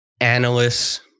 analysts